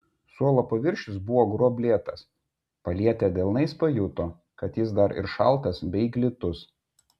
suolo paviršius buvo gruoblėtas palietę delnais pajuto kad jis dar ir šaltas bei glitus